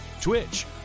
Twitch